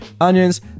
onions